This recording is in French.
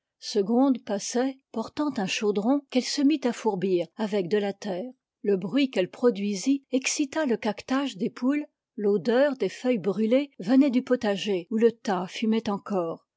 segonde passait portant un chaudron qu'elle se mit à fourbir avec de la terre le bruit qu'elle produisit excita le caquetage des poules l'odeur des feuilles brûlées venait du potager où le tas fumait encore